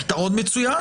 פתרון מצוין,